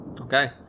Okay